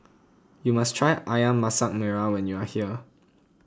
you must try Ayam Masak Merah when you are here